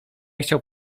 chciał